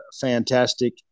fantastic